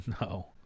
No